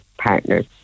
partners